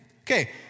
Okay